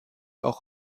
auch